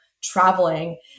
traveling